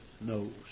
knows